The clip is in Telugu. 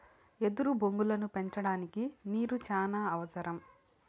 ఎదురు బొంగులను పెంచడానికి నీరు చానా అవసరం